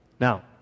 Now